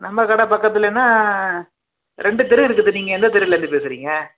நம்ம கடை பக்கத்துலேனா ரெண்டு தெரு இருக்குது நீங்கள் எந்த தெருவுலேர்ந்து பேசுகிறீங்க